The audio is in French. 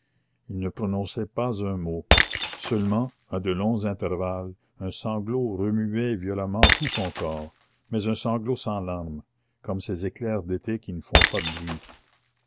il ne prononçait pas un mot seulement à de longs intervalles un sanglot remuait violemment tout son corps mais un sanglot sans larmes comme ces éclairs d'été qui ne font pas de bruit